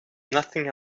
nothing